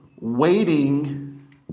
waiting